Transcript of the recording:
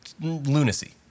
lunacy